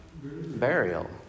Burial